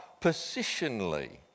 positionally